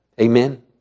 Amen